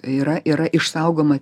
yra yra išsaugoma